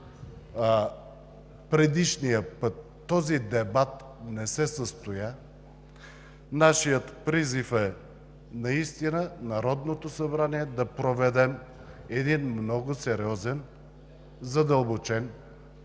предишния път този дебат не се състоя. Нашият призив е в Народното събрание да проведем един много сериозен, задълбочен,